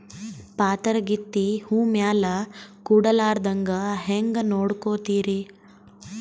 ಪಾತರಗಿತ್ತಿ ಹೂ ಮ್ಯಾಲ ಕೂಡಲಾರ್ದಂಗ ಹೇಂಗ ನೋಡಕೋತಿರಿ?